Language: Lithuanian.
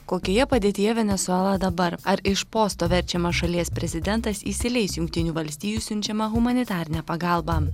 kokioje padėtyje venesuela dabar ar iš posto verčiamas šalies prezidentas įsileis jungtinių valstijų siunčiamą humanitarinę pagalbą